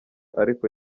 ariko